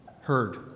heard